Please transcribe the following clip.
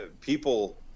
people –